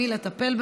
ההצעה לא התקבלה.